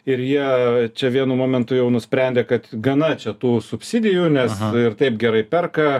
ir jie čia vienu momentu jau nusprendė kad gana čia tų subsidijų nes ir taip gerai perka